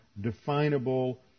definable